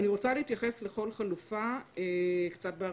אני רוצה להתייחס לכל חלופה בהרחבה.